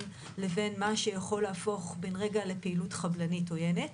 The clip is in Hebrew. לבין מה שיכול להפוך בן-רגע לפעילות חבלנית עוינת.